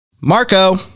Marco